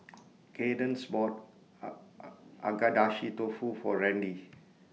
Kaydence bought Agedashi Dofu For Randy